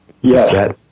Yes